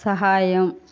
సహాయం